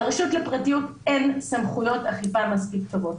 לרשות לפרטיות אין סמכויות אכיפה מספיק טובות,